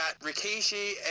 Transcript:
Rikishi